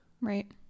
Right